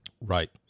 Right